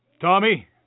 Tommy